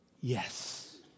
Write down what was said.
Yes